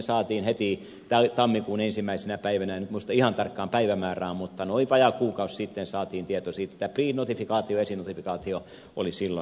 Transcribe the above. epävirallisestihan heti tammikuun ensimmäisenä päivänä en nyt muista ihan tarkkaan päivämäärää mutta noin vajaa kuukausi sitten saatiin tieto siitä että prenotifikaatio esinotifikaatio oli silloin mennyt läpi